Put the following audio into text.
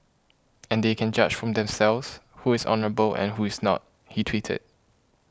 and they can judge for themselves who is honourable and who is not he tweeted